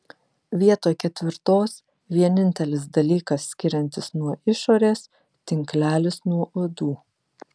vietoj ketvirtos vienintelis dalykas skiriantis nuo išorės tinklelis nuo uodų